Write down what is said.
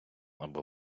або